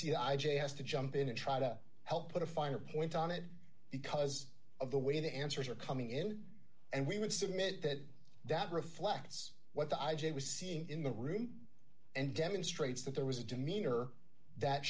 see i j has to jump in and try to help put a finer point on it because of the way the answers are coming in and we would submit that that reflects what the i j a was seeing in the room and demonstrates that there was a demeanor that